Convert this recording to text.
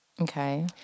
Okay